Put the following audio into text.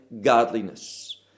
godliness